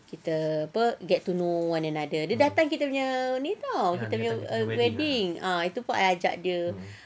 kita apa get to know one another dia datang kita punya ni [tau] kita punya wedding itu pun I ajak dia